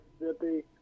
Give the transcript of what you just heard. Mississippi